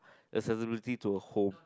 accessibility to a home